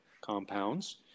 compounds